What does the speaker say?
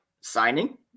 signing